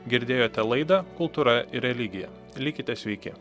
girdėjote laidą kultūra ir religija likite sveiki